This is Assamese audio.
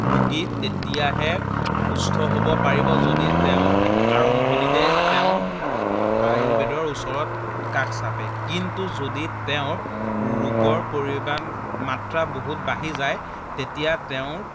ৰোগী তেতিয়াহে সুস্থ হ'ব পাৰিব যদি তেওঁ আৰম্ভণিতে তেওঁৰ আয়ুৰ্বেদৰ ওচৰত কাষ চাপে কিন্তু যদি তেওঁৰ ৰোগৰ পৰিমাণ মাত্ৰা বহুত বাঢ়ি যায় তেতিয়া তেওঁক